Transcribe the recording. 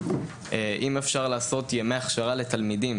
אם אפשר לעשות ימי הכשרה לתלמידים